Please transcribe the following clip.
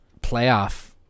playoff